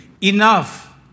enough